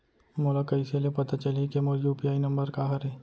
मोला कइसे ले पता चलही के मोर यू.पी.आई नंबर का हरे?